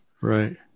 Right